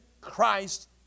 Christ